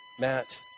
Matt